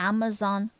Amazon